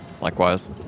Likewise